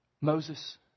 Moses